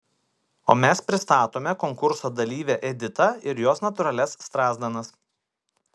o mes pristatome konkurso dalyvę editą ir jos natūralias strazdanas